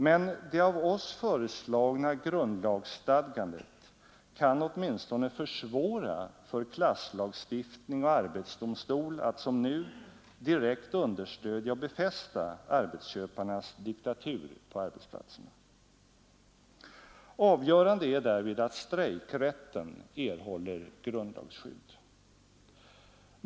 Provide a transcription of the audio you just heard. Men det av oss föreslagna grundlagsstadgandet kan åtminstone försvåra för klasslagstiftning och arbetsdomstol att — som nu - direkt understödja och befästa arbetsköparnas diktatur på arbetsplatserna. Avgörande är därvid att strejkrätten erhåller grundlagsskydd.